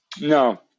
No